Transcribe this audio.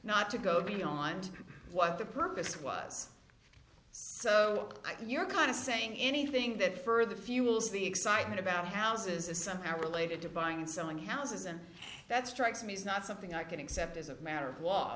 not to go beyond what the purpose was so you're kind of saying anything that further fuels the excitement about houses is somehow related to buying and selling houses and that strikes me is not something i can accept as a matter of law